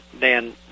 Dan